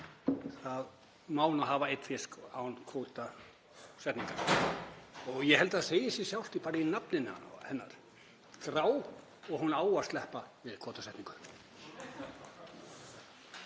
Það má nú hafa einn fisk án kvótasetningar. Ég held að það segi sig sjálft bara í nafninu hennar; grá og hún á að sleppa við kvótasetningu.